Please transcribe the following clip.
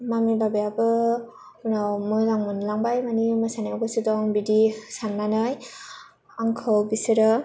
mummy बाबायाबो उनाव मोजां मोनलांबाय माने मोसानायाव गोसो दं बिदि साननानै आंखौ बिसोरो